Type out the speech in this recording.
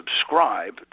subscribe